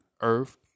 earth